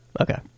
Okay